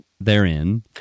therein